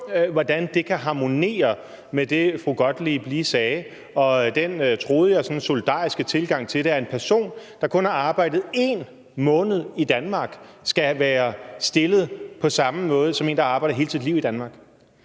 hvordan det kan harmonere med det, fru Jette Gottlieb lige sagde, og den, troede jeg, sådan solidariske tilgang til det, at en person, der kun har arbejdet 1 måned i Danmark, skal være stillet på samme måde som en, der har arbejdet hele sit liv i Danmark.